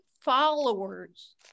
followers